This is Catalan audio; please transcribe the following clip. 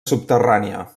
subterrània